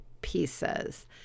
pieces